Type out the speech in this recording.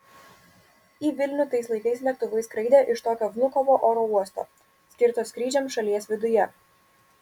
į vilnių tais laikais lėktuvai skraidė iš tokio vnukovo oro uosto skirto skrydžiams šalies viduje